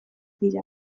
dira